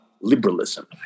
liberalism